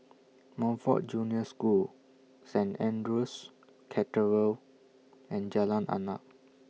Montfort Junior School Saint Andrew's Cathedral and Jalan Arnap